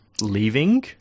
Leaving